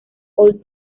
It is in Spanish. old